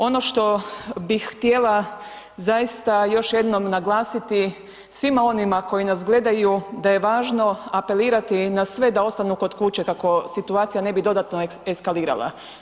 Ono što bih htjela zaista još jednom naglasiti svima onima koji nas gledaju da je važno apelirati na sve da ostanu kod kuće kako situacija ne bi dodatno eskalirala.